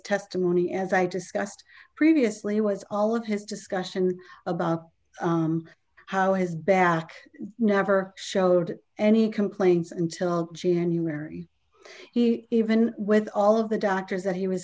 discussed previously was all of his discussion about how his back never showed any complaints until january he even with all of the doctors that he was